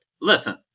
listen